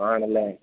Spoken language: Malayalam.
ആണല്ലേ